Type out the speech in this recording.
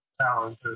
talented